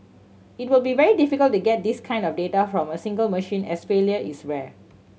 it would be very difficult to get this kind of data from a single machine as failure is rare